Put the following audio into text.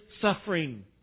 suffering